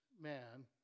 man